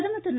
பிரதமர் திரு